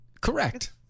Correct